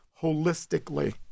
holistically